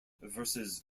versus